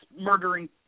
murdering